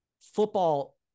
football